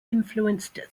influenced